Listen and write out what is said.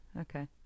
Okay